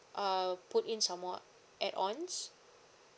uh put in some more add ons